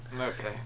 okay